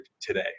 today